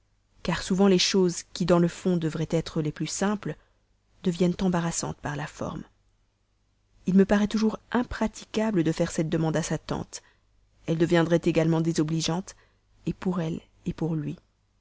car souvent les choses qui dans le fond devraient être les plus simples deviennent embarrassantes par la forme il me paraît toujours impraticable de faire cette demande à sa tante elle deviendrait également désobligeante pour elle pour lui